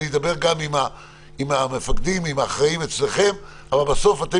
אני אדבר גם עם המפקדים והאחראיים אצלכם אבל בסוף אתם